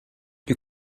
you